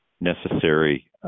necessary